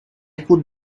could